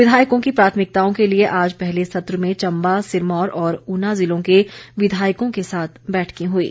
विधायकों की प्राथमिकताओं के लिए आज पहले सत्र में चम्बा सिरमौर और ऊना ज़िलों के विधायकों के साथ बैठकें हुईं